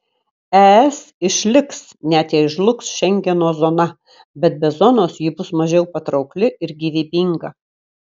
es išliks net jei žlugs šengeno zona bet be zonos ji bus mažiau patraukli ir gyvybinga